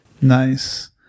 Nice